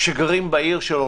שגרים בעיר שלו,